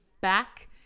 back